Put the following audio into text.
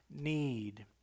need